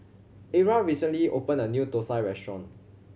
Era recently opened a new thosai restaurant